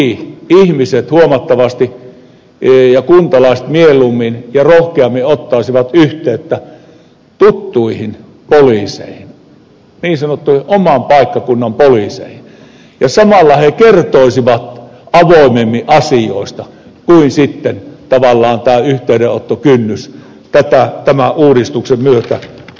toki ihmiset kuntalaiset huomattavasti mieluummin ja rohkeammin ottaisivat yhteyttä tuttuihin poliiseihin niin sanottuihin oman paikkakunnan poliiseihin ja samalla he kertoisivat avoimemmin asioista kun tavallaan tämä yhteydenottokynnys uudistuksen myötä on noussut